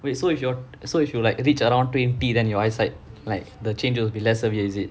wait so if you're so if you like reach around twenty then your eyesight like the changes will be less severe is it